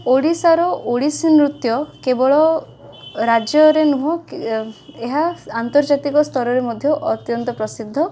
ଓଡ଼ିଶାର ଓଡ଼ିଶୀନୃତ୍ୟ କେବଳ ରାଜ୍ୟରେ ନୁହେଁ ଏହା ଆନ୍ତର୍ଜାତିକ ସ୍ତରରେ ମଧ୍ୟ ଅତ୍ୟନ୍ତ ପ୍ରସିଦ୍ଧ